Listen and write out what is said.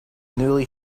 newly